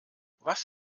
was